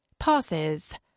Passes